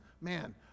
Man